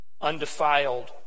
undefiled